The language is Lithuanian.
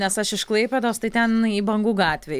nes aš iš klaipėdos tai ten į bangų gatvę